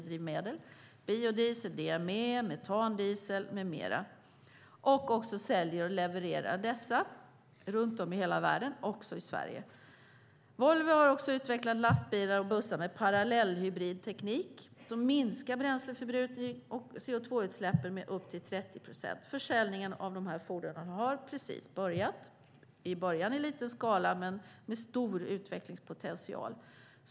Volvo har också utvecklat lastbilar och bussar med parallellhybridteknik som minskar bränsleförbrukningen och CO2-utsläppen med upp till 30 procent. Försäljningen av de här fordonen har precis börjat i liten skala, men det finns en stor utvecklingspotential.